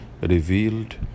revealed